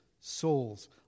souls